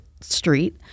Street